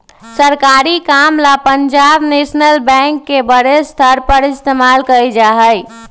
सरकारी काम ला पंजाब नैशनल बैंक के बडे स्तर पर इस्तेमाल कइल जा हई